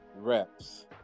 reps